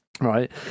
Right